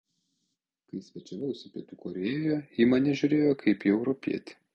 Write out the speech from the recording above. kai svečiavausi pietų korėjoje į mane žiūrėjo kaip į europietį